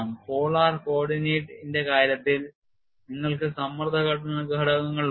polar coordinate ഇന്റെ കാര്യത്തിൽനിങ്ങൾക്ക് സമ്മർദ്ദ ഘടകങ്ങൾ ഉണ്ട്